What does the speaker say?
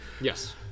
yes